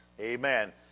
Amen